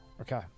Okay